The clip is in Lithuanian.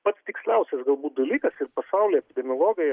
pats tiksliausias galbūt dalykas ir pasaulyje epidemiologai